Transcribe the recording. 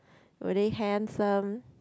were they handsome